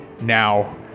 now